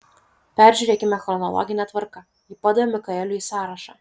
peržiūrėkime chronologine tvarka ji padavė mikaeliui sąrašą